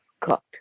cooked